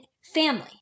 family